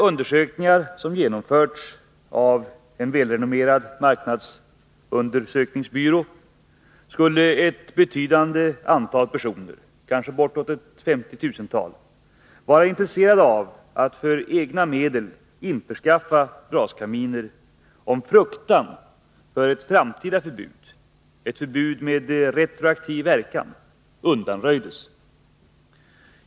Undersökningar som har genomförts av en välrenommerad marknadsundersökningsbyrå visar att ett betydande antal personer, kanske bortåt 50 000, skulle vara intresserade av att för egna medel införskaffa braskaminer, om fruktan för ett framtida förbud, ett förbud med retroaktiv verkan, undanröjdes.